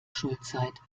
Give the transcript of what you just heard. schulzeit